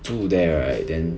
住 there right then